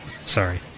Sorry